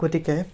গতিকে